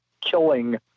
killing